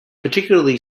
particularly